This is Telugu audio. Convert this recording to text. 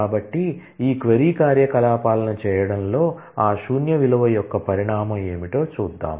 కాబట్టి ఈ క్వరీ కార్యకలాపాలను చేయడంలో ఆ శూన్య విలువ యొక్క పరిణామం ఏమిటో చూద్దాం